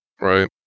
right